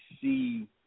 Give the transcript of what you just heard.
see